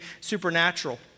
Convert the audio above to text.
supernatural